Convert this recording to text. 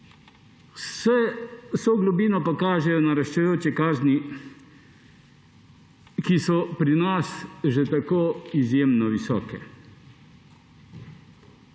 Vso globino pa kažejo naraščajoče kazni, ki so pri nas že tako izjemno visoke.